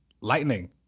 Lightning